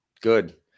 Good